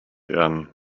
erden